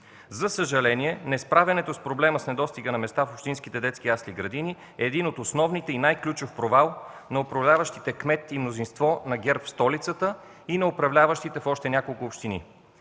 За съжаление, несправянето с проблема с недостига на места в общинските детски ясли и градини е един от основните и най-ключов провал на управляващите кмет и мнозинство на ГЕРБ в столицата и в още няколко общини.